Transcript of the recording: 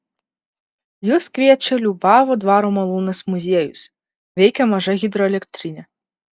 jus kviečia liubavo dvaro malūnas muziejus veikia maža hidroelektrinė